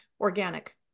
organic